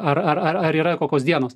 ar ar ar ar yra kokios dienos